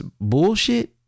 bullshit